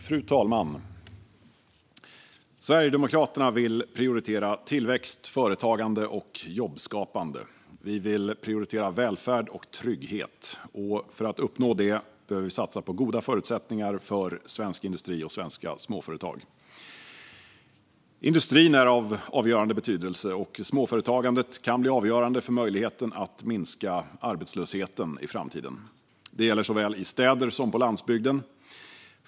Fru talman! Sverigedemokraterna vill prioritera tillväxt, företagande och jobbskapande. Vi vill prioritera välfärd och trygghet. För att uppnå detta behöver vi satsa på goda förutsättningar för svensk industri och svenska småföretag. Industrin är av avgörande betydelse. Småföretagandet kan bli avgörande för att minska arbetslösheten i framtiden. Det gäller såväl i städer som på landsbygden.